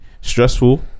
Stressful